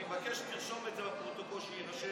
אני מבקש לרשום את זה לפרוטוקול, שיירשם